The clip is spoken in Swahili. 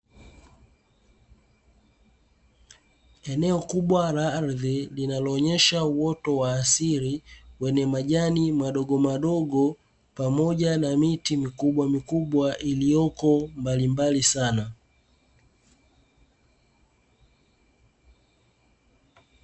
Eneo kubwa la ardhi, linaloonyesha uoto wa asili wenye majani madogo madogo pamoja na miti mikubwa mikubwa iliyoko mbalimbali sana.